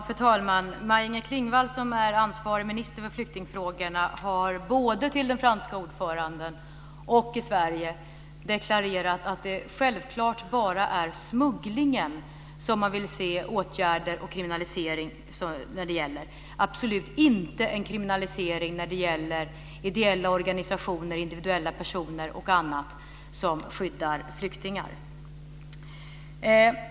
Fru talman! Maj-Inger Klingvall, som är ansvarig minister för flyktingfrågorna, har både till den franska ordföranden och i Sverige deklarerat att man självfallet bara vill se åtgärder och kriminalisering när det gäller smuggling. Man vill absolut inte se en kriminalisering när det gäller ideella organisationer, individuella personer och andra som skyddar flyktingar.